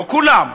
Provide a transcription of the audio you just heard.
לא כולם,